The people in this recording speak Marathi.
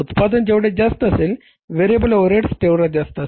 उत्पादन जेवढे जास्त असेल व्हेरिएबल ओव्हरहेड्स तेवढेच जास्त असेल